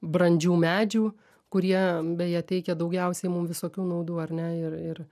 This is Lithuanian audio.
brandžių medžių kurie beje teikia daugiausiai mum visokių naudų ar ne ir ir